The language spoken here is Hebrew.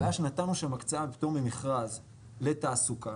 הבעיה שנתנו שם הקצאה בפטור ממכרז לתעסוקה